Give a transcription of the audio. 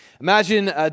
Imagine